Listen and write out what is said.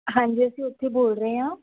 ਹਾਂਜੀ ਅਸੀਂ ਉੱਥੇ ਬੋਲ ਰਹੇ ਹਾਂ